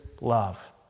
love